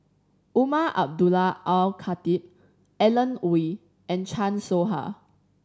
Umar Abdullah Al Khatib Alan Oei and Chan Soh Ha